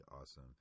awesome